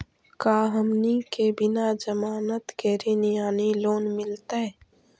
का हमनी के बिना जमानत के ऋण यानी लोन मिलतई?